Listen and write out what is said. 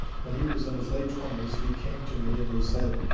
when he was in his late twenty s, he came to me and he said,